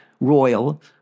Royal